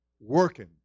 working